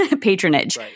patronage